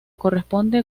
corresponde